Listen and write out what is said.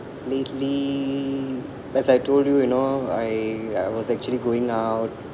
lately as I told you you know I I was actually going out